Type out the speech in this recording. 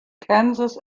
kansas